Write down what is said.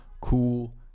cool